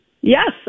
Yes